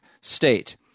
State